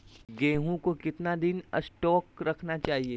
गेंहू को कितना दिन स्टोक रखना चाइए?